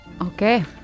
Okay